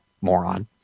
moron